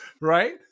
Right